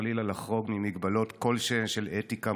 שעלול חלילה לחרוג ממגבלות כלשהן של אתיקה,